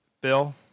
bill